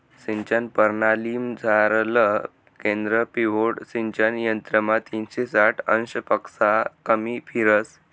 सिंचन परणालीमझारलं केंद्र पिव्होट सिंचन यंत्रमा तीनशे साठ अंशपक्शा कमी फिरस